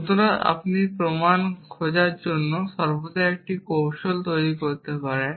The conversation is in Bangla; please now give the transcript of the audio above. সুতরাং আপনি একটি প্রমাণ খোঁজার জন্য সর্বদা একটি কৌশল তৈরি করতে পারেন